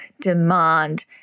demand